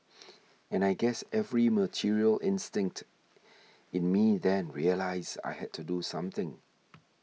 and I guess every material instinct in me then realised I had to do something